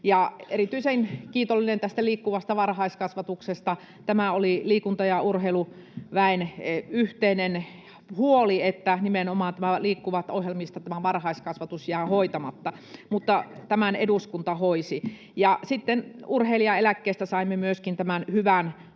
erityisen kiitollinen olen tästä Liikkuvasta varhaiskasvatuksesta. Oli liikunta- ja urheiluväen yhteinen huoli, että Liikkuva-ohjelmista nimenomaan tämä varhaiskasvatus jää hoitamatta, mutta tämän eduskunta hoiti. Ja urheilijaeläkkeestä saimme myöskin tämän hyvän muotoilun